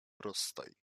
rozstaj